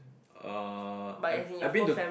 (uh)I I been to